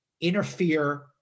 interfere